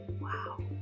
wow